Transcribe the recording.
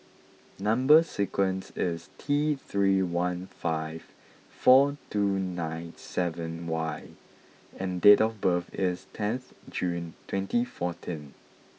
number sequence is T three one five four two nine seven Y and date of birth is ten June twenty fourteen